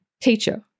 Teacher